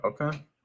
Okay